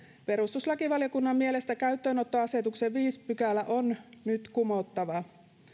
perustuslakivaliokunnan mielestä käyttöönottoasetuksen viides pykälä on nyt kumottava